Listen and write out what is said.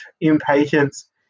impatience